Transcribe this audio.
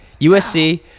USC